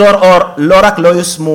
מסקנות השופט תיאודור אור לא רק שלא יושמו,